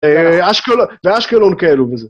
אההה, ואשקלון, ואשקלון כאלו וזה